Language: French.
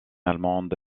allemande